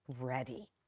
ready